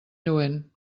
lluent